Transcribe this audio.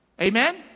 Amen